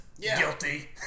Guilty